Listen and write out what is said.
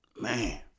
man